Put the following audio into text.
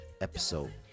episode